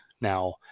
now